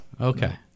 Okay